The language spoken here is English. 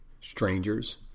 strangers